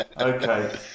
Okay